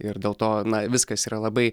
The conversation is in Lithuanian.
ir dėl to na viskas yra labai